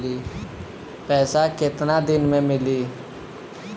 पैसा केतना दिन में मिली?